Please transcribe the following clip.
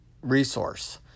resource